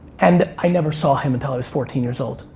and i never saw him until i was fourteen years old.